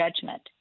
judgment